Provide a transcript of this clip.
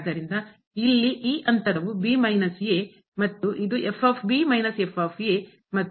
ಆದ್ದರಿಂದ ಇಲ್ಲಿ ಈ ಅಂತರವು ಮತ್ತು ಇದು ಮತ್ತು